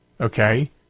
okay